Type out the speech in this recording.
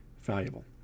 valuable